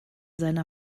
seiner